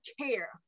care